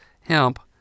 Hemp